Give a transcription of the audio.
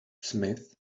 smith